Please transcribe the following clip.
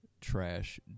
trash